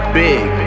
big